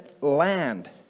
land